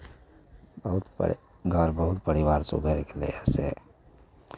बहुत परि घर बहुत परिवार सुधरि गेलैए से